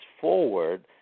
forward